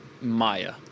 Maya